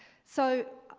so,